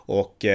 och